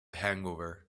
hangover